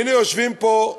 והנה יושבים פה,